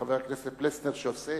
חבר הכנסת פלסנר, הוא עושה